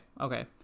okay